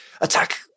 attack